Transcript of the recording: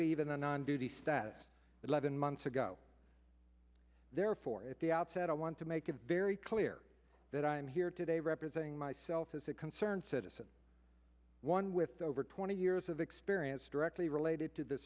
leave in a non beauty status eleven months ago therefore at the outset i want to make it very clear that i am here today representing myself as a concerned citizen one with over twenty years of experience directly related to the